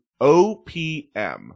OPM